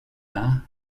arts